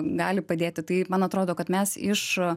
gali padėti tai man atrodo kad mes iš